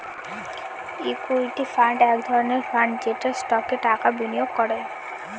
equity fund এক ধরনের fund যেটা স্টকে টাকা বিনিয়োগ করে